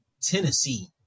Tennessee